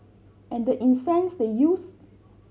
and the incense they used